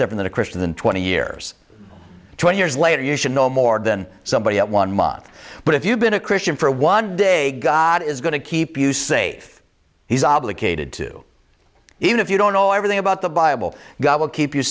different in a christian than twenty years twenty years later you should know more than somebody at one month but if you've been a christian for one day god is going to keep you safe he's obligated to even if you don't know everything about the bible god will keep you